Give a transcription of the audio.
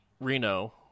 Reno